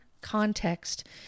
context